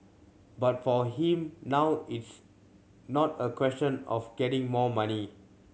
but for him now it's not a question of getting more money